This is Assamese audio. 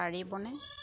পাৰিবনে